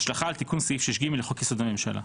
השלכה על תיקון סעיף 6(ג) לחוק יסוד: הממשלה.